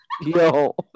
yo